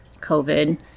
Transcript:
COVID